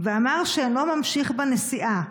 ואמר שאינו ממשיך בנסיעה,